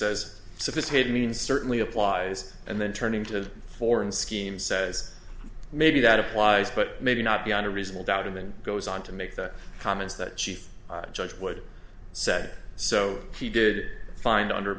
says sophisticated mean certainly applies and then turning to foreign scheme says maybe that applies but maybe not beyond a reasonable doubt and then goes on to make the comments that chief judge would said so he did find under